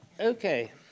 Okay